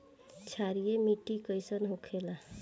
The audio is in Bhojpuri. क्षारीय मिट्टी कइसन होखेला?